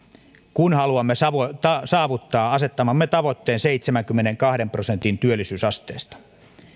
kun haluamme saavuttaa saavuttaa asettamamme tavoitteen seitsemänkymmenenkahden prosentin työllisyysasteesta